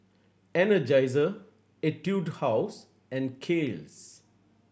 Energizer Etude House and Kiehl's